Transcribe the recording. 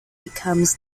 becomes